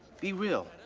be real.